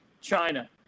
China